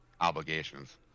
obligations